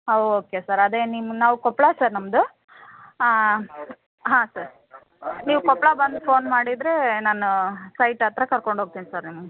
ಹಾಂ okay sir ಅದೇ ನಿಮ್ಮ ನಾವು ಕೊಪ್ಪಳ ಸರ್ ನಮ್ದ ಹಾಂ ಸರ್ ನೀವು ಕೊಪ್ಪಳ ಬಂದು ಫೋನ್ ಮಾಡಿದರೆ ನಾನು ಸೈಟ್ ಹತ್ರ ಕರ್ಕೊಂಡು ಹೋಗ್ತೆನ್ ಸರ್ ನಿಮ್ಮನ್ನ